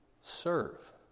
serve